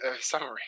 summary